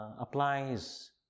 applies